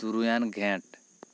ᱛᱩᱨᱩᱭᱟᱱ ᱡᱷᱮᱸᱴ